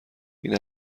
این